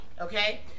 okay